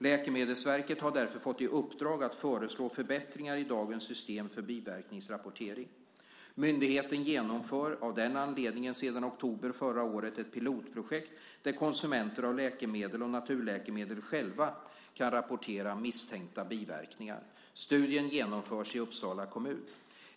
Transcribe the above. Läkemedelsverket har därför fått i uppdrag att föreslå förbättringar i dagens system för biverkningsrapportering. Myndigheten genomför av den anledningen sedan oktober förra året ett pilotprojekt där konsumenter av läkemedel och naturläkemedel själva kan rapportera misstänkta biverkningar. Studien genomförs i Uppsala kommun.